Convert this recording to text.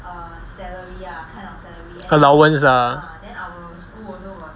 allowance ah